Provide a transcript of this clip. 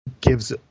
gives